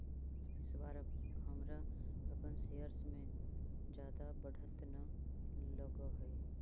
इस बार हमरा अपन शेयर्स में जादा बढ़त न लगअ हई